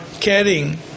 caring